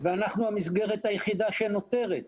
ואנחנו המסגרת היחידה שנותרת.